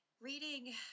Reading